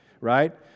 Right